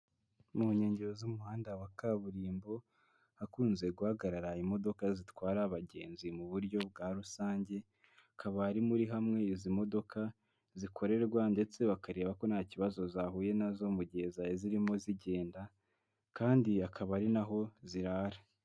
Mu nkengero z'umuhanda wa kaburimbo ahakunze guhagarara imodoka zitwara abagenzi mu buryo bwa rusange, akaba ari muri hamwe izi modoka zikorerwa ndetse bakareba ko nta kibazo zahuye nazo mu gihe zari zirimo zigenda kandi akaba ari naho zirara.